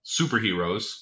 superheroes